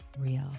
real